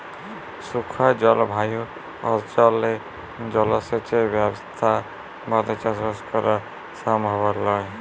শুখা জলভায়ু অনচলে জলসেঁচের ব্যবসথা বাদে চাসবাস করা সমভব লয়